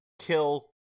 kill